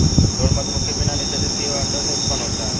drone मधुमक्खी बिना निषेचित किए हुए अंडे से उत्पन्न होता है